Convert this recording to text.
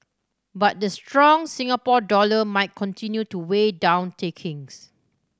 but the strong Singapore dollar might continue to weigh down takings